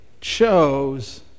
chose